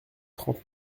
trente